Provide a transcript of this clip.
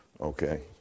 Okay